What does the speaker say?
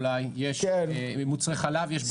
יש מוצרי חלב ויש בשר.